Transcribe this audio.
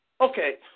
Okay